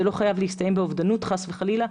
זה לא חייב להסתיים באובדנות חלילה,